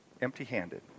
Empty-handed